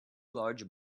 large